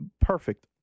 Perfect